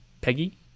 Peggy